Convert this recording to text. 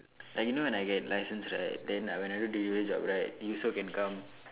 like you know when I get license right then when I do delivery job right you also can come